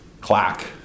clack